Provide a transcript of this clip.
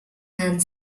and